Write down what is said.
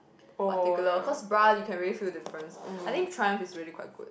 particular cause bra you can really feel difference I think Triumph is really quite good